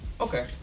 Okay